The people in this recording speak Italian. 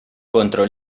contro